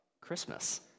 Christmas